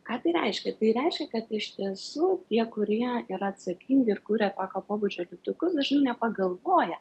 ką tai reiškia tai reiškia kad iš tiesų tie kurie yra atsakingi ir kuria tokio pobūdžio lipdukus dažnai nepagalvoja